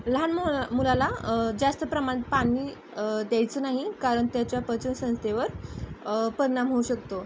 लहान मु मुलाला जास्त प्रमाणात पाणी द्यायचं नाही कारण त्याच्या पचनसंस्थेवर परिणाम होऊ शकतो